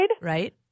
right